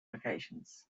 locations